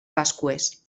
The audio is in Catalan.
pasqües